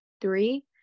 three